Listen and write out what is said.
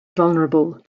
vulnerable